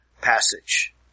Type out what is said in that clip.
passage